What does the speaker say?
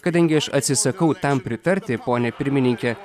kadangi aš atsisakau tam pritarti pone pirmininke